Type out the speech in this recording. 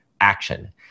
action